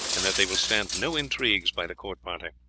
and that they will stand no intrigues by the court party.